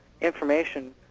information